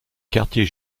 quartier